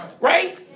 Right